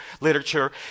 literature